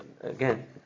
again